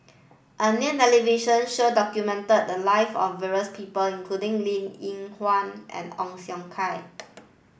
a new television show documented the lives of various people including Linn In Hua and Ong Siong Kai